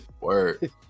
Word